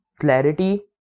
clarity